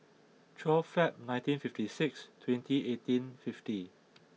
twelve February nineteen fifty six twenty eighteen fifty